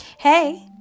hey